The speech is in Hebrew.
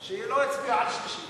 שהוא לא הצביע על שלישית.